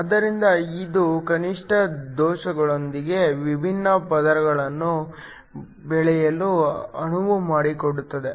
ಆದ್ದರಿಂದ ಇದು ಕನಿಷ್ಠ ದೋಷಗಳೊಂದಿಗೆ ವಿಭಿನ್ನ ಪದರಗಳನ್ನು ಬೆಳೆಯಲು ಅನುವು ಮಾಡಿಕೊಡುತ್ತದೆ